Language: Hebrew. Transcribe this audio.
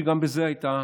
אתם יודעים שגם בזה הייתה